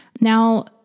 Now